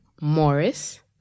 Morris